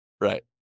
Right